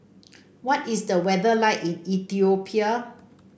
what is the weather like in Ethiopia